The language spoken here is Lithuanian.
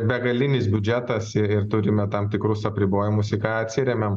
begalinis biudžetas ir turime tam tikrus apribojimus į ką atsiremiam